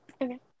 Okay